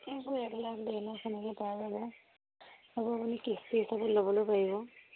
এই একো এক লাখ দুই লাখ তেনেকৈ পাই যাব সেইবোৰ আপুনি কিস্তি হিচাপত ল'বলৈও পাৰিব